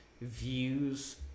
views